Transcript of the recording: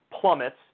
plummets